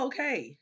Okay